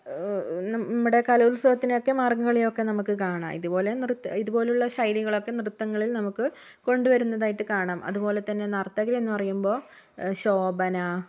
നമ്മുടെ കലോത്സവത്തിനൊക്കെ മാർഗംകളി ഒക്കെ നമുക്ക് കാണാം ഇതുപോലെ നൃത്ത ഇതുപോലുള്ള ശൈലികളൊക്കെ നൃത്തങ്ങളിൽ നമുക്ക് കൊണ്ടുവരുന്നതായിട്ട് കാണാം അതുപോലെത്തന്നെ നർത്തകർ എന്ന് പറയുമ്പോൾ ശോഭന